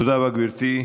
תודה רבה, גברתי.